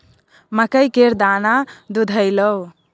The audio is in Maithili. मकइ केर दाना दुधेलौ?